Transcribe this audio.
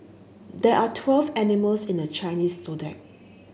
there are twelve animals in the Chinese Zodiac